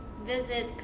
visit